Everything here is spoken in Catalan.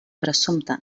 presumpta